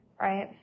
right